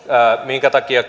minkä takia